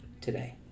today